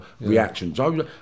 reactions